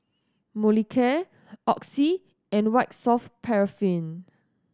Molicare Oxy and White Soft Paraffin